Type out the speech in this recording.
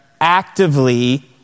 actively